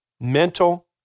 mental